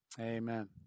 Amen